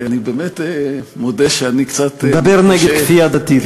אני באמת מודה שאני קצת הוא מדבר נגד כפייה דתית,